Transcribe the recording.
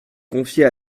confier